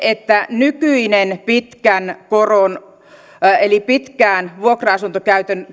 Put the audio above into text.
että tähän ongelmaan nykyiseen pitkän koron eli pitkään vuokra asuntokäytössä